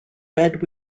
red